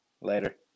Later